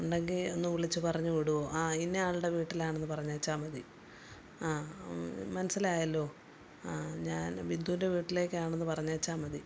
ഉണ്ടെങ്കിൽ ഒന്നു വിളിച്ചു പറഞ്ഞു വിടുമോ അ ഇന്ന ആളുടെ വീട്ടിലാണെന്നു പറഞ്ഞേച്ചാൽ മതി അ മനസ്സിലായല്ലോ ആ ഞാൻ ബിന്ദൂൻ്റെ വീട്ടിലേക്കാണെന്നു പറഞ്ഞേച്ചാൽ മതി